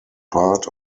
part